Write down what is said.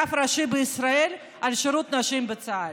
רב ראשי בישראל על שירות נשים בצה"ל.